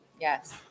Yes